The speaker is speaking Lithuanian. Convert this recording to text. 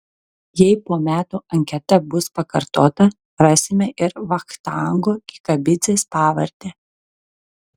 jei po metų anketa bus pakartota rasime ir vachtango kikabidzės pavardę